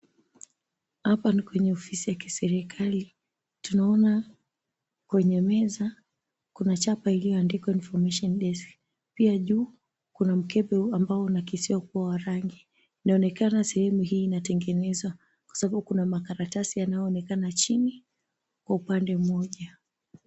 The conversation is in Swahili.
Hapa ni kwenye ofisi ya kiserikali. Tunaona kwenye meza kuna chapa iliyoandikwa, Information Desk. Pia juu, kuna mkebe ambao unakisia kuwa wa rangi. Inaonekana sehemu hii inatengenezwa kwa sababu kuna makaratasi yanayoonekana chini kwa upande mmoja.